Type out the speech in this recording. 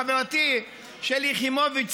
חברתי שלי יחימוביץ,